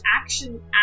action